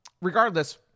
regardless